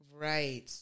right